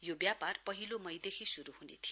यो व्यापार पहिलो मईदेखि शुरु हुने थियो